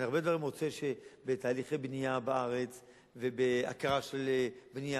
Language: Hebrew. אני הרבה דברים רוצה: שבתהליכי בנייה בארץ ובהכרה של בנייה,